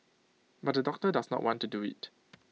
but the doctor does not want to do IT